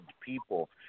people